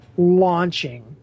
launching